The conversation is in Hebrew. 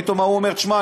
פתאום ההוא אומר: תשמע,